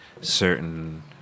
certain